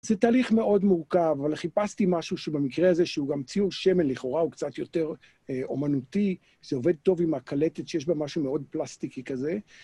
זה תהליך מאוד מורכב, אבל חיפשתי משהו שבמקרה הזה שהוא גם ציור שמן לכאורה, הוא קצת יותר אומנותי, זה עובד טוב עם הקלטת שיש בה משהו מאוד פלסטיקי כזה.